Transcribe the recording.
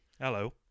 Hello